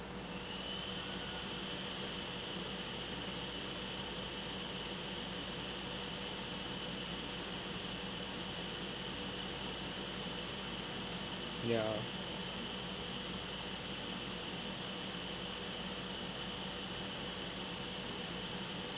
ya